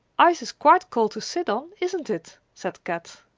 ice is quite cold to sit on, isn't it? said kat.